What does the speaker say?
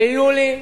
ביולי